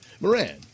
Moran